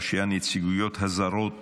ראשי הנציבויות הזרות